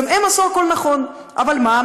הם עשו הכול נכון, אבל מה?